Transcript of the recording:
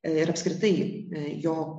ir apskritai jo